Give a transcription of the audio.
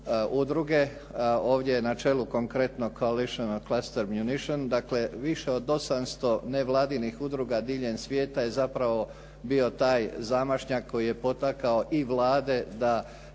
udruge ovdje na čelu konkretno Coalition cluster munition, dakle više od 800 nevladinih udruga diljem svijeta je zapravo bio taj zamašnjak koji je potakao i vlade da